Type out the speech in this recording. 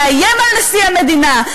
לאיים על נשיא המדינה,